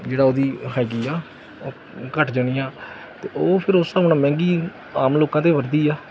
ਜਿਹੜਾ ਉਹਦੀ ਹੈਗੀ ਆ ਘੱਟ ਜਾਣੀ ਆ ਤੇ ਉਹ ਫਿਰ ਉਸ ਹਿਸਾਬ ਨਾਲ ਮਹਿੰਗੀ ਆਮ ਲੋਕਾਂ 'ਤੇ ਵਰਦੀ ਆ